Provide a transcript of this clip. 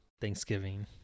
Thanksgiving